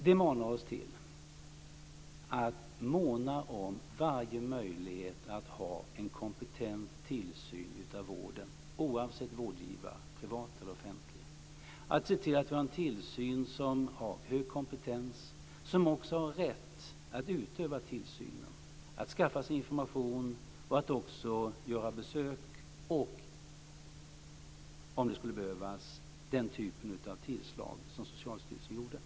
Det manar oss till att måna om varje möjlighet att ha en kompetent tillsyn av vården oavsett vårdgivare, privat eller offentlig. Vi måste se till att vi har en tillsyn som har hög kompetens och som också har rätt att utöva tillsynen, att skaffa sig information, att också göra besök och, om det skulle behövas, den typ av tillslag som Socialstyrelsen gjorde här.